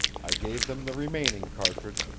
i gave them the remaining cartridge,